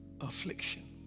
affliction